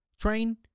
train